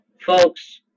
folks